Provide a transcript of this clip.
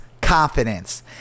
confidence